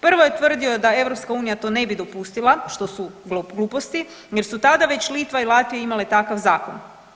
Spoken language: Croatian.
Prvo je tvrdio da EU to ne bi dopustila, što su gluposti jer su tada već Litva i Latvija imale takav zakon.